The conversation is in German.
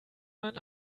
man